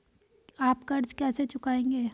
आप कर्ज कैसे चुकाएंगे?